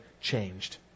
changed